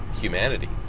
humanity